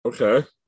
okay